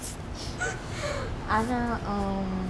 ஆனா:aana um